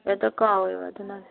ꯍꯦꯛꯇ ꯀꯥꯎꯋꯦꯕ ꯑꯗꯨꯅꯅꯦ